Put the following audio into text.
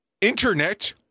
internet